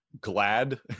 glad